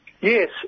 Yes